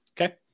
Okay